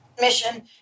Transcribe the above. mission